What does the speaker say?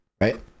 right